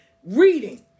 Reading